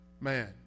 Man